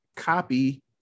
copy